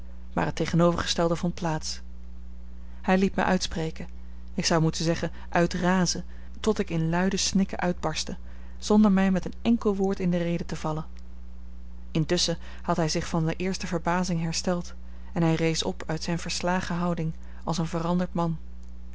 maar het tegenovergestelde vond plaats hij liet mij uitspreken ik zou moeten zeggen uitrazen tot ik in luide snikken uitbarstte zonder mij met een enkel woord in de rede te vallen intusschen had hij zich van de eerste verbazing hersteld en hij rees op uit zijne verslagen houding als een veranderd man